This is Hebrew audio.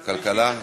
כלכלה.